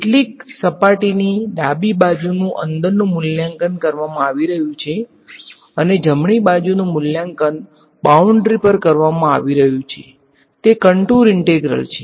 કેટલીક સપાટીની ડાબી બાજુનુ અંદરનું મૂલ્યાંકન કરવામાં આવી રહ્યું છે અને જમણી બાજુનું મૂલ્યાંકન બાઉંડ્રી પર કરવામાં આવી રહ્યું છે તે કંટુર ઈંટેગ્રલ છે